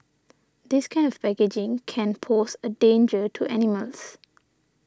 this kind of packaging can pose a danger to animals